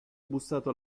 bussato